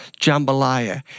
jambalaya